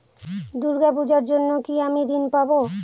দূর্গা পূজার জন্য কি আমি ঋণ পাবো?